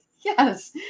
Yes